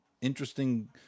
interesting